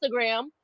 instagram